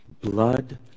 blood